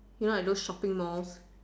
you know like those shopping malls